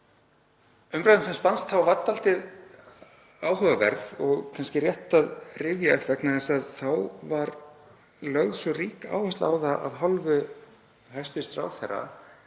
Umræðan sem spannst þá var dálítið áhugaverð og kannski rétt að rifja hana upp vegna þess að þá var lögð svo rík áhersla á það, af hálfu hæstv. ráðherra,